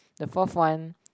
the fourth one